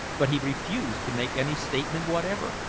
but he refused to make any statement whatever,